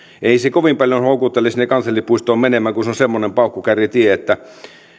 ei se kovin paljon houkuttele sinne kansallispuistoon menemään kun se on semmoinen paukkukärritie että